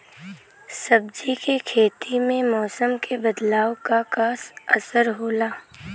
सब्जी के खेती में मौसम के बदलाव क का असर होला?